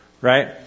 Right